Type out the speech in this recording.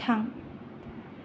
थां